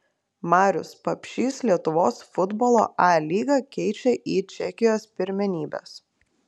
marius papšys lietuvos futbolo a lygą keičia į čekijos pirmenybes